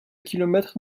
kilomètres